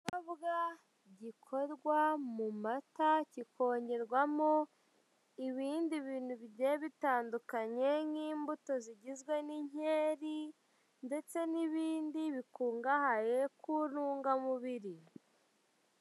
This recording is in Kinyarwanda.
Ikinyobwa gikorwa mu mata kikongerwamo ibindi bintu bigiye bitandukanye nk'imbuto zigizwe n'inkeri ndetse n'ibindi bikungahaye ku ntungamubiri.